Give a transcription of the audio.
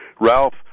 Ralph